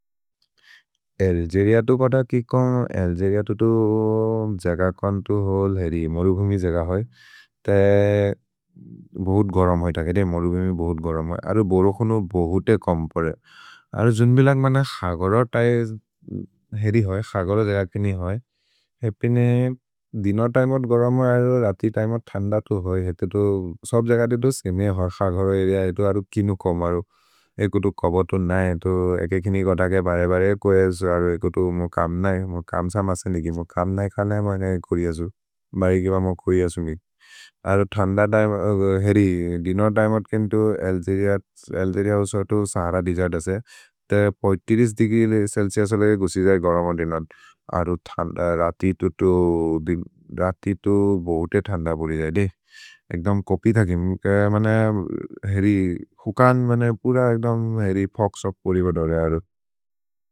एल्जेरिअ तु कत कि कोन्?। एल्जेरिअ तु तु जग कोन्तु होल् हेरि मरुगुमि जग होइ, ते बहुत् गरम् होइ त केते मरुगुमि बहुत् गरम् होइ, अरु बोरोकुनु बहुते कोम् परे। अरु जुन्बिलग् मन क्सगोर तै हेरि होइ, क्सगोर जग किनि होइ। एपिने दिन तैमत् गरम् होइ, अरु रति तैमत् थन्द तु होइ, हेते तु सोब् जगते तु सेमे होइ, क्सगोर अरेअ एतु अरु किनु कोमरो। एकु तु कबतु नए, एतु एके किनि कोत के बरे बरे कोएस्, अरु एकु तु मु कम् नए, मु कम् स मसेनिकि, मु कम् नए खनए मैने कोरि असु, बरि किब मु कोरि असु कि। अरु थन्द तैमत्, हेरि, दिन तैमत् केन्तु एल्जेरिअ, एल्जेरिअ अल्सो तु सहर देसेर्त् असे, ते तीस पाँच देग्री चेल्चिउस् लगे गुसि जये गरम् होइ दिनत्, अरु थन्द, रति तु तु दिम्, रति तु बहुते थन्द पुरि जये। एदे, एग्दोम् कोपि थगिम्, हेरि हुकन्, पुर एग्दोम्, हेरि फोक् सोक् पुरि बरि अरु।